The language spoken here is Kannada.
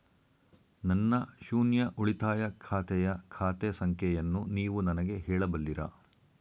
ನನ್ನ ಶೂನ್ಯ ಉಳಿತಾಯ ಖಾತೆಯ ಖಾತೆ ಸಂಖ್ಯೆಯನ್ನು ನೀವು ನನಗೆ ಹೇಳಬಲ್ಲಿರಾ?